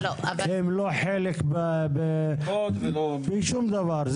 הם לא חלק משום דבר.